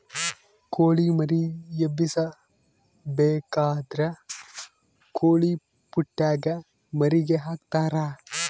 ಕೊಳಿ ಮರಿ ಎಬ್ಬಿಸಬೇಕಾದ್ರ ಕೊಳಿಪುಟ್ಟೆಗ ಮರಿಗೆ ಹಾಕ್ತರಾ